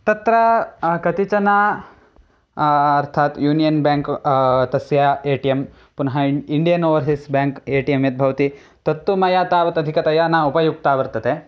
तत्र कतिचन अर्थात् यूनियन् ब्याङ्क् तस्य ए टि एम् पुनः Indian Overseas Bank A T M यद्भवति तत्तु मया तावत् अधिकतया न उपयुक्तं वर्तते